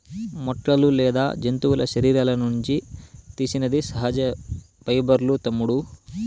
మొక్కలు లేదా జంతువుల శరీరాల నుండి తీసినది సహజ పైబర్లూ తమ్ముడూ